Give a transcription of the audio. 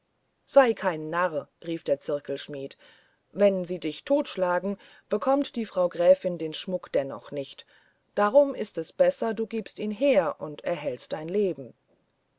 sei kein narr rief der zirkelschmidt wenn sie dich totschlagen bekommt die frau gräfin den schmuck dennoch nicht drum ist es besser du gibst ihn her und erhältst dein leben